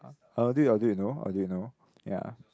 I'll do it I'll do it you know I'll do it you know ya